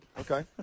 Okay